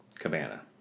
Cabana